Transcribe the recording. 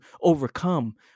overcome